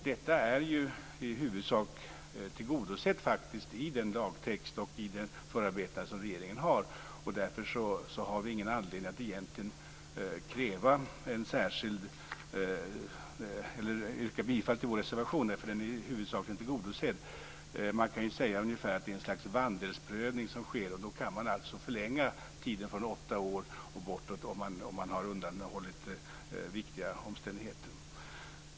Detta är ju i huvudsak tillgodosett i den lagtext och det förarbete som regeringen har gjort, och därför har vi egentligen inte någon anledning att yrka bifall till vår reservation eftersom den ju huvudsakligen är tillgodosedd. Man kan säga att det är ett slags vandelsprövning som sker och då kan man alltså förlänga tiden från åtta år och bortåt om den sökande har undanhållit viktiga omständigheter.